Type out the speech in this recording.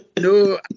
no